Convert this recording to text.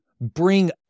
bring